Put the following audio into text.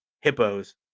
hippos